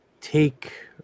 take